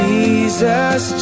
Jesus